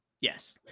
Yes